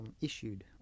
issued